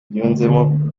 yunzemo